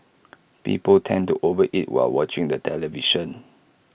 people tend to over eat while watching the television